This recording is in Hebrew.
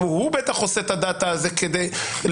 אם הוא עושה את הדאטא, כדי לומר: